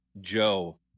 Joe